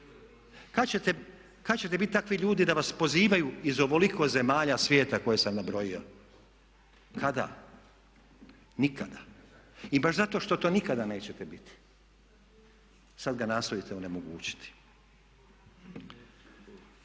Kada ćete biti takvi ljudi da vas pozivaju iz ovoliko zemalja svijeta koje sam nabrojao? Kada? Nikada. I baš zato što to nikada nećete biti sada ga nastojite onemogućiti.